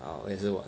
orh 我也是玩